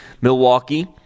Milwaukee